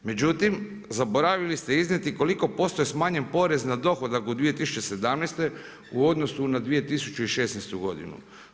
Međutim, zaboravili ste iznijeti koliko posto je smanjen porez na dohodak u 2017. u odnosu na 2016. godinu.